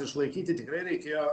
išlaikyti tikrai reikėjo